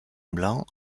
blanc